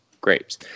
grapes